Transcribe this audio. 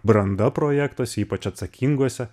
branda projektuose ypač atsakinguose